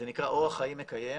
זה נקרא אורח חיים מקיים.